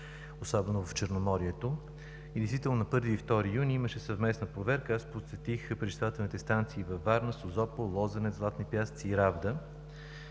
особено в Черноморието. На 1 и 2 юни имаше съвместна проверка. Аз посетих пречиствателните станции във Варна, Созопол, Лозенец, Златни пясъци и Равда.